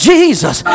Jesus